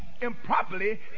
improperly